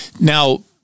Now